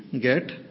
get